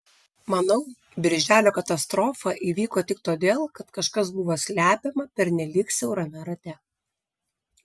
manau birželio katastrofa įvyko tik todėl kad kažkas buvo slepiama pernelyg siaurame rate